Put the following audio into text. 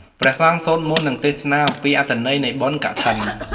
ព្រះសង្ឃសូត្រមន្ត និងទេសនាអំពីអត្ថន័យនៃបុណ្យកឋិន។